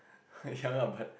ya lah but